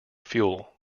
fuel